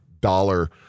dollar